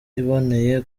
iboneye